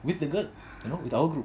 with the girl you know with our group